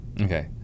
Okay